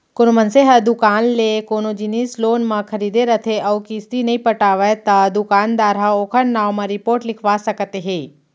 कोनो मनसे ह दुकान ले कोनो जिनिस लोन म खरीदे रथे अउ किस्ती नइ पटावय त दुकानदार ह ओखर नांव म रिपोट लिखवा सकत हे